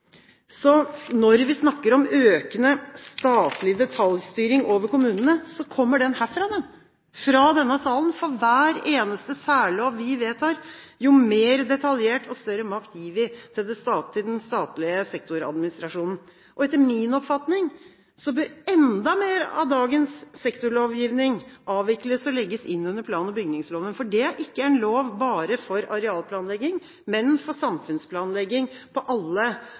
Så når vi snakker om økende statlig detaljstyring over kommunene: Den kommer herfra, fra denne salen! For hver eneste særlov som vi vedtar, jo mer detaljert og større makt gir vi til den statlige sektoradministrasjonen. Etter min oppfatning bør enda mer av dagens sektorlovgivning avvikles og legges inn under plan- og bygningsloven, for det er ikke en lov bare for arealplanlegging, men for samfunnsplanlegging på alle